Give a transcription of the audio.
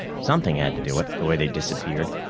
something had to do it, the way they disappeared.